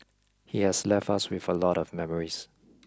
he has left us with a lot of memories